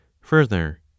Further